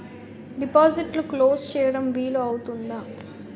డిపాజిట్లు క్లోజ్ చేయడం వీలు అవుతుందా?